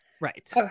right